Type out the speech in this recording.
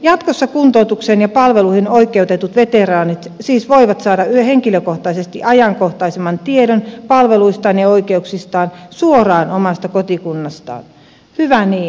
jatkossa kuntoutukseen ja palveluihin oikeutetut veteraanit siis voivat saada henkilökohtaisesti ajankohtaisemman tiedon palveluistaan ja oikeuksistaan suoraan omasta kotikunnastaan hyvä niin